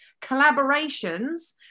collaborations